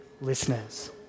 listeners